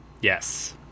yes